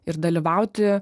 ir dalyvauti